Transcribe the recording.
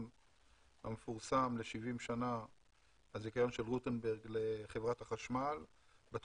המפורסם של רוטנברג לחברת החשמל ל-70 שנה,